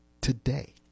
today